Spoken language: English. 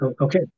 okay